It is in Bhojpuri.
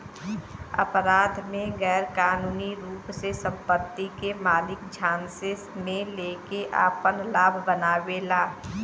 अपराध में गैरकानूनी रूप से संपत्ति के मालिक झांसे में लेके आपन लाभ बनावेला